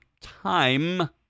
time